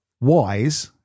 wise